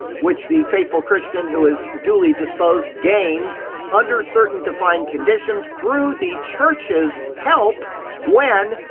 which the faithful christian who is duly disposed gains under certain defined conditions through the church's help when,